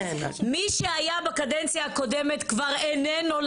מי שהיה בקדנציה הקודמת כבר איננו,